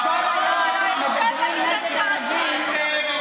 את הגזענית הראשית.